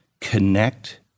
connect